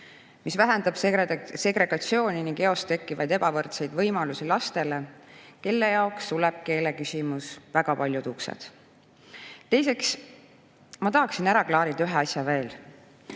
mis vähendab segregatsiooni ning eos tekkivaid ebavõrdseid võimalusi lastele, kelle jaoks suleb keeleküsimus väga paljud uksed. Teiseks ma tahaksin ära klaarida ühe asja veel.